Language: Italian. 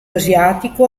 asiatico